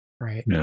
right